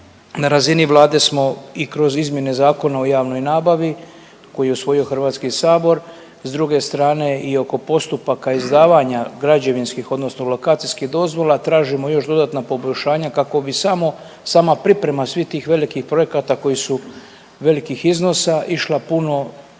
na razini vlade smo i kroz izmjene Zakona o javnoj nabavi koji je usvojio Hrvatski sabor, s druge strane i oko postupaka izdavanja građevinskih odnosno lokacijskih dozvola tražimo još dodatna poboljšanja kako bi samo, sama priprema svih tih velikih projekata koji su velikih iznosa išla puno